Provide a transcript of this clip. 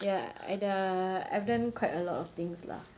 ya I dah I've done quite a lot of things lah